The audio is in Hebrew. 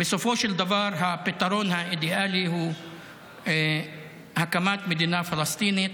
שבסופו של דבר הפתרון האידיאלי הוא הקמת מדינה פלסטינית,